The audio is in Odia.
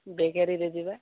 ବେକାରୀରେ ଯିବା